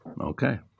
Okay